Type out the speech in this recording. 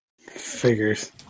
Figures